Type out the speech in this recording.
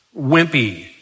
wimpy